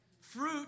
Fruit